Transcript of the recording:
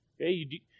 okay